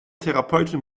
therapeutin